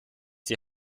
die